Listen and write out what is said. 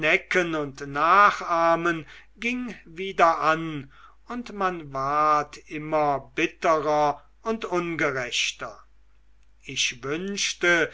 und nachahmen ging wieder an und man ward immer bitterer und ungerechter ich wünschte